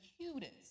cutest